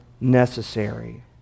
necessary